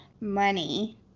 money